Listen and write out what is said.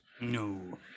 No